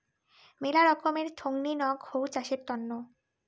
মেলা রকমের থোঙনি নক হউ চাষের তন্ন